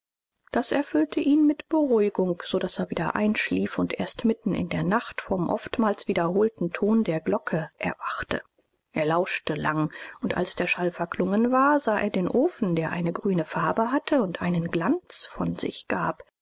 dies erfüllte ihn mit beruhigung so daß er wieder einschlief und erst mitten in der nacht vom oftmals wiederholten ton der glocke erwachte er lauschte lang und als der schall verklungen war sah er den ofen der eine grüne farbe hatte und einen glanz von sich gab